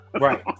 right